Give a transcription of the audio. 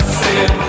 sin